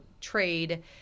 trade